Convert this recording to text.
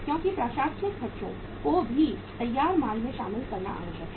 क्योंकि प्रशासनिक खर्चों को भी तैयार माल में शामिल करना आवश्यक है